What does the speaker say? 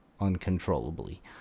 uncontrollably